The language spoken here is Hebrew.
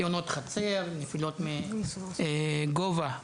תאונות חצר, נפילות מגובה וכו'.